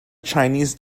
chinese